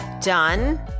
done